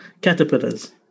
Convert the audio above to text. caterpillars